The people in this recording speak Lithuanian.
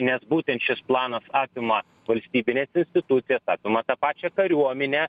nes būtent šis planas apima valstybines institucijas apima tą pačią kariuomenę